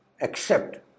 accept